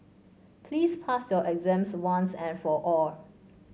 please pass your exams once and for all